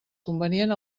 convenient